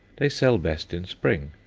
they sell best in spring,